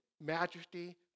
majesty